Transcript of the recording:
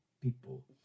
people